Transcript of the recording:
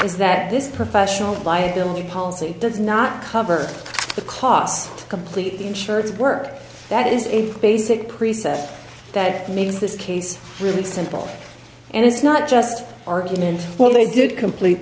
that this professional liability policy does not cover the cost complete the insurance work that is a basic precept that makes this case really simple and it's not just argument for they did complete